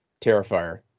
Terrifier